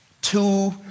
two